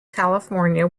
california